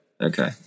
Okay